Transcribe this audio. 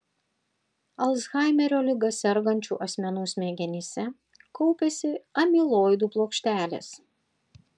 alzheimerio liga sergančių asmenų smegenyse kaupiasi amiloidų plokštelės